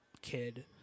kid